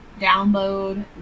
download